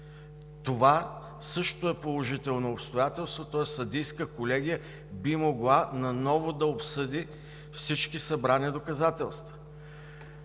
това също е положително обстоятелство, тоест съдийска колегия би могла наново да обсъди всички събрани доказателства.